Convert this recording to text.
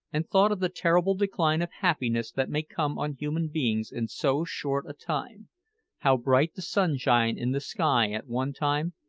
and thought of the terrible decline of happiness that may come on human beings in so short a time how bright the sunshine in the sky at one time,